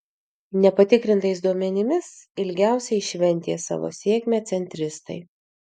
nepatikrintais duomenimis ilgiausiai šventė savo sėkmę centristai